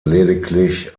lediglich